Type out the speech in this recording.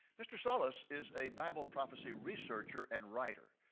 mr. salus is a bible prophecy researcher and writer.